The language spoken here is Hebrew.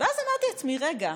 ואז אמרתי לעצמי: רגע,